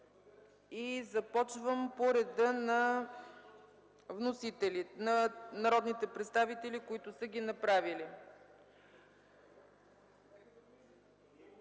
и започвам по реда на народните представители, които са ги направили.